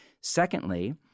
Secondly